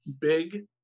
big